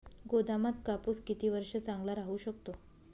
गोदामात कापूस किती वर्ष चांगला राहू शकतो?